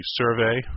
survey